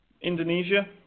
Indonesia